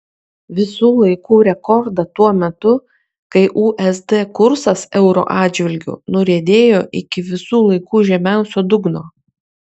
visų laikų rekordą tuo metu kai usd kursas euro atžvilgiu nuriedėjo iki visų laikų žemiausio dugno